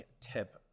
tip